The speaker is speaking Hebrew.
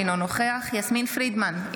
אינו נוכח יסמין פרידמן,